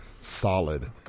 solid